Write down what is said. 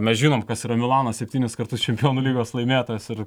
mes žinom kas yra milanas septynis kartus čempionų lygos laimėtojas ir